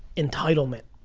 entitlement.